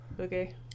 Okay